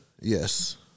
Yes